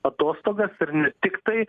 atostogas ir ne tiktai